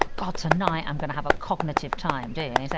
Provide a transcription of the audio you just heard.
god, tonight i'm going to have a cognitive time do you?